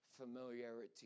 familiarity